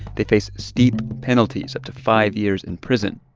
they face steep penalties up to five years in prison